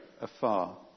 afar